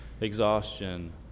exhaustion